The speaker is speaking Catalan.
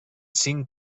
cinc